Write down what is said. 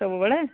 ସବୁବେଳେ